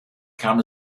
kam